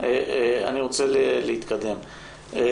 אני רוצה להתקדם.